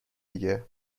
دیگه